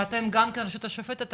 אתם גם כן הרשות השופטת,